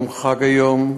יום חג היום,